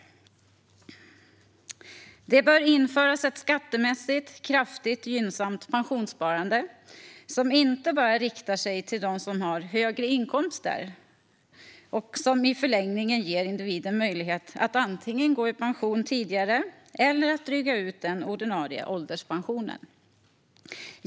Det bör införas ett skattemässigt kraftigt gynnsamt pensionssparande som inte bara riktar sig till dem som har högre inkomster. Det ska i förlängningen ge individen möjlighet att antingen gå i pension tidigare eller att dryga ut den ordinarie ålderspensionen.